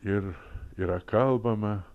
ir yra kalbama